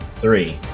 three